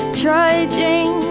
trudging